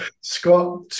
Scott